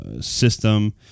system